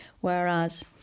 Whereas